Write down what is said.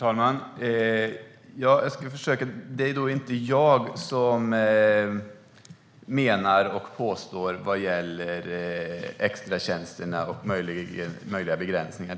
Herr talman! Det är inte jag som gör dessa påståenden vad gäller extratjänsterna och möjliga begränsningar.